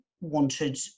wanted